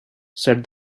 said